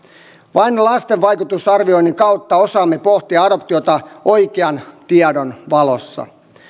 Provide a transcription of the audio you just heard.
vain lapsivaikutusarvioinnin kautta osaamme pohtia adoptiota oikean tiedon valossa